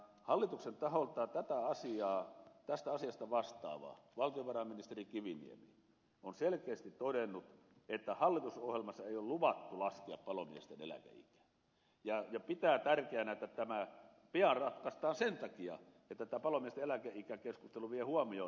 hallituksen taholta tästä asiasta vastaava ministeri kiviniemi on selkeästi todennut että hallitusohjelmassa ei ole luvattu laskea palomiesten eläkeikää ja pitää tärkeänä että tämä pian ratkaistaan sen takia että tämä palomiesten eläkeikäkeskustelu vie huomion muista asioista